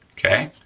okay?